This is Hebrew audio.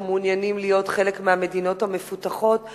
מעוניינים להיות חלק מהמדינות המפותחות,